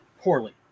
Poorly